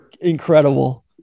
Incredible